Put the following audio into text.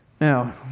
Now